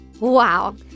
Wow